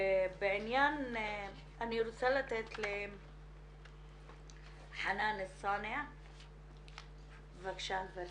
אני רוצה לתת לחנאן אלסאנע, בבקשה, גברתי.